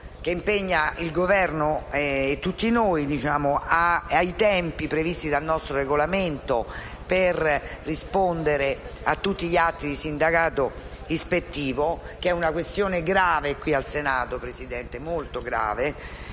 che impegna il Governo e tutti noi ai tempi previsti dal nostro Regolamento per rispondere a tutti gli atti di sindacato ispettivo, che è una questione molto grave qui al Senato perché il Governo